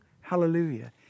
hallelujah